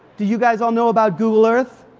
do you guys all know about google earth?